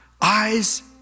eyes